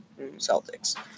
Celtics